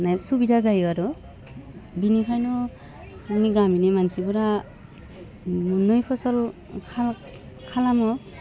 माने सुबिदा जायो आरो बेनिखायनो जोंनि गामिनि मानसिफोरा मोननै फसल खालामो